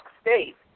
state